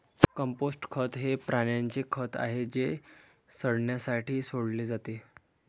compost खत हे प्राण्यांचे खत आहे जे सडण्यासाठी सोडले जाते